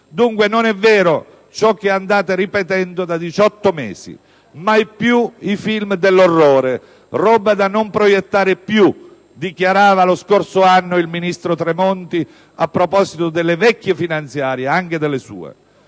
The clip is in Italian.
Dunque, non è vero ciò che andate ripetendo da 18 mesi: mai più i film dell'orrore, roba da non proiettare più, dichiarava lo scorso anno il ministro Tremonti a proposito delle vecchie finanziarie (anche delle sue).